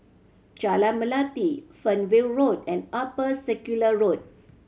Jalan Melati Fernvale Road and Upper Circular Road